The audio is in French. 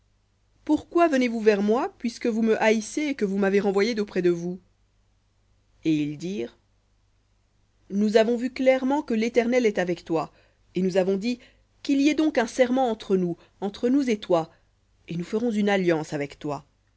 pourquoi venez-vous vers moi puisque vous me haïssez et que vous m'avez renvoyé d'auprès de vous et ils dirent nous avons vu clairement que l'éternel est avec toi et nous avons dit qu'il y ait donc un serment entre nous entre nous et toi et nous ferons une alliance avec toi